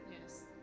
Yes